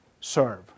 serve